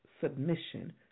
submission